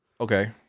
Okay